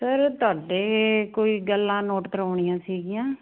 sir ਤੁਹਾਡੇ ਕੋਈ ਗੱਲਾਂ ਨੋਟ ਕਰਾਉਣੀਆਂ ਸੀਗੀਆਂ